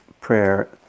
prayer